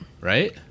right